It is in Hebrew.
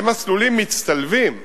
הם מסלולים מצטלבים.